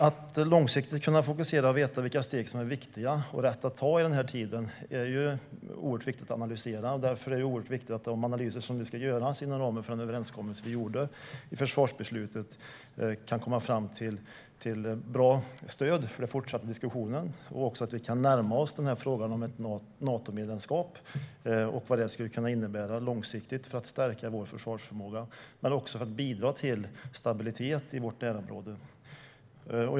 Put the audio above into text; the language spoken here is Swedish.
Det är viktigt att kunna fokusera långsiktigt och att analysera och veta vilka steg som är viktiga och rätt att ta nu. Därför är det viktigt att de analyser som ska göras av den överenskommelse som vi gjorde i försvarsbeslutet kan komma fram till bra stöd för den fortsatta diskussionen. Det är också viktigt att vi kan närma oss frågan om ett Natomedlemskap och vad det skulle kunna innebära långsiktigt, för att stärka vår försvarsförmåga men också för att bidra till stabilitet i vårt närområde.